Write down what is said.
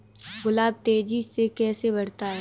गुलाब तेजी से कैसे बढ़ता है?